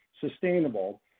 sustainable